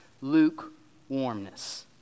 lukewarmness